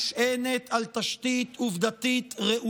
הצעת החוק שאתה קידמת אינה נשענת על תשתית עובדתית ראויה.